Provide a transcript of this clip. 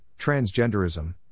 transgenderism